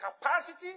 capacity